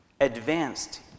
advanced